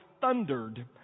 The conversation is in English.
thundered